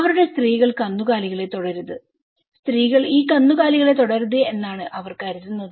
അവരുടെ സ്ത്രീകൾ കന്നുകാലികളെ തൊടരുത് സ്ത്രീകൾ ഈ കന്നുകാലികളെ തൊടരുത് എന്നാണ് അവർ കരുതുന്നത്